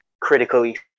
critically